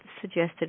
suggested